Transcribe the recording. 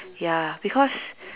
ya because